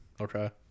Okay